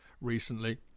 recently